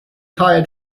hired